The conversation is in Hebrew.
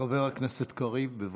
חבר הכנסת קריב, בבקשה.